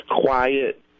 Quiet